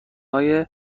های